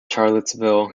charlottesville